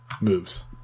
moves